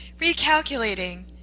recalculating